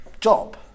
job